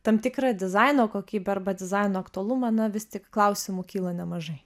tam tikrą dizaino kokybę arba dizaino aktualumą na vis tik klausimų kyla nemažai